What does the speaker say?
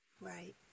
Right